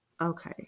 okay